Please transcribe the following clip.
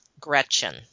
Gretchen